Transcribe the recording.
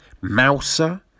Mouser